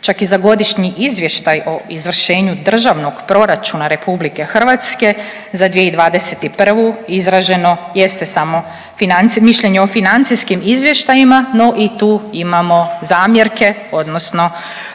Čak i za Godišnji izvještaj o izvršenju Državnog proračuna RH za 2021. izraženo jeste samo mišljenje o financijskim izvještajima, no i tu imamo zamjerke odnosno